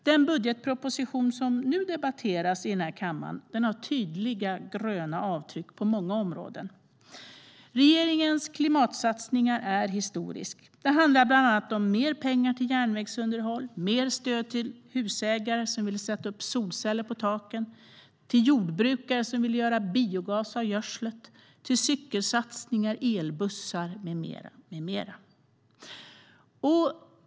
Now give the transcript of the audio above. Den budgetproposition som nu debatteras i den här kammaren har tydliga gröna avtryck på många områden. Regeringens klimatsatsning är historisk. Det handlar bland annat om mer pengar till järnvägsunderhåll och mer stöd till husägare som vill sätta upp solceller på taken, till jordbrukare som vill göra biogas av gödsel, till cykelsatsningar, till elbussar med mera.